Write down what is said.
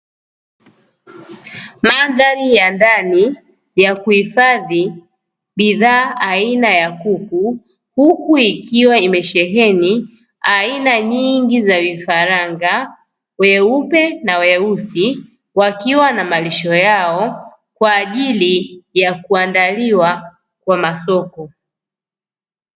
Mandhari ya ndani ya kuhifadhi bidhaa aina ya kuku, huku ikiwa imesheheni aina nyingi za vifaranga weupe na weusi wakiwa na malisho yao, kwa ajili ya kuandaliwa kwa masoko.